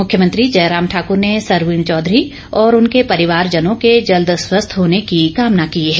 मुख्यमंत्री जयराम ठाकूर ने सरवीण चौंघरी और उनके परिवारजनों के जल्द स्वस्थ होने की कामना की है